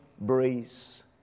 breeze